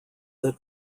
that